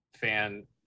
fan